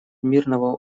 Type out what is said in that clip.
мирного